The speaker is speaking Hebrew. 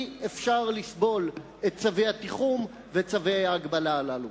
אי-אפשר לסבול את צווי התיחום ואת צווי ההגבלה הללו.